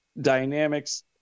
dynamics